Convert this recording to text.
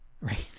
right